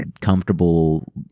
comfortable